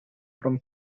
from